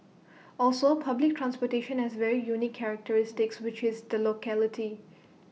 also public transportation has very unique characteristics which is the locality